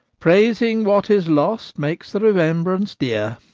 praising what is lost makes the remembrance dear.